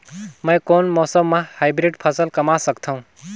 मै कोन मौसम म हाईब्रिड फसल कमा सकथव?